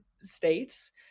states